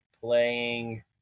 playing